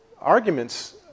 arguments